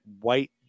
white